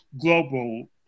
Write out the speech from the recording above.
global